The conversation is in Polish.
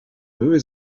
były